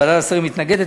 ועדת השרים מתנגדת,